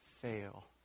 fail